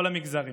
כל המגזרים,